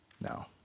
No